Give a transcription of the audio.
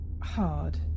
hard